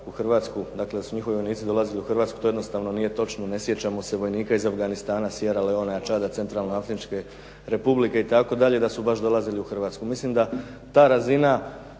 u Hrvatsku. Dakle, da su njihovi vojnici dolazili u Hrvatsku. To jednostavno nije točno. Ne sjećamo se vojnika iz Afganistana, Sierra Leonea, Čada, Centralne Afričke Republike itd. da su baš dolazili u Hrvatsku. Mislim da ta razina